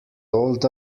told